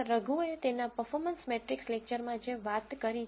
રઘુ એ તેના performance metrics લેકચરમાં જે વાત કરી છે